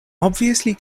obviously